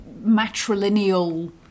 matrilineal